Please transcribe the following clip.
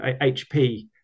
HP